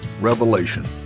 Revelation